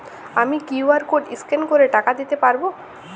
আমি QR code scan করে টাকা দিতে পারবো?